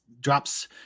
drops